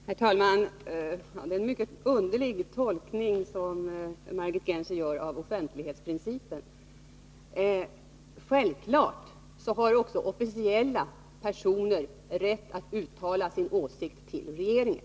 Herr talman! Det är en mycket underlig tolkning av offentlighetsprincipen som Margit Gennser gör. Självfallet har också officiella personer rätt att uttala sin åsikt till regeringen.